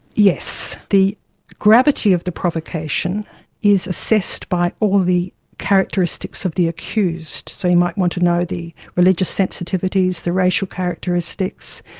yes. the gravity of the provocation is assessed by all the characteristics of the accused. so you might want to know the religious sensitivities, the racial characteristics,